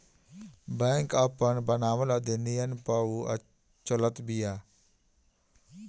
bank आपन बनावल अधिनियम पअ चलत बिया